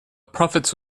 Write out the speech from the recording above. profits